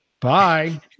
Bye